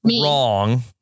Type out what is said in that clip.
wrong